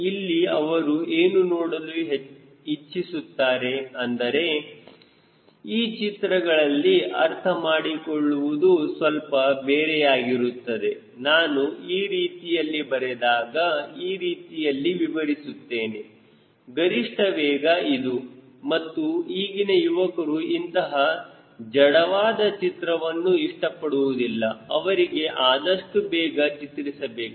ಇಲ್ಲಿ ಅವರು ಏನು ನೋಡಲು ಹೆಚ್ಚಿಸುತ್ತಾರೆ ಅಂದರೆ ಈ ಚಿತ್ರಗಳಲ್ಲಿ ಅರ್ಥ ಮಾಡಿಕೊಳ್ಳುವುದು ಸ್ವಲ್ಪ ಬೇರೆಯಾಗಿರುತ್ತದೆ ನಾನು ಈ ರೀತಿಯಲ್ಲಿ ಬರೆದಾಗ ಈ ರೀತಿಯಲ್ಲಿ ವಿವರಿಸುತ್ತೇನೆ ಗರಿಷ್ಠ ವೇಗ ಇದು ಮತ್ತು ಈಗಿನ ಯುವಕರು ಇಂತಹ ಜಡವಾದ ಚಿತ್ರವನ್ನು ಇಷ್ಟಪಡುವುದಿಲ್ಲ ಅವರಿಗೆ ಆದಷ್ಟು ಬೇಗ ಚಿತ್ರಿಸಬೇಕು